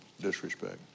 disrespect